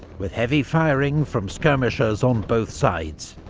with heavy firing from skirmishers on both sides.